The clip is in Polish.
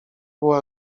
była